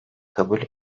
kabul